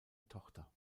tochter